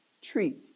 treat